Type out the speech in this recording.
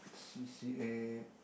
C_C_A